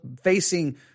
facing